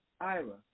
Ira